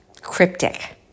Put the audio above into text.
cryptic